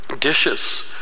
dishes